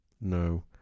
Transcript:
No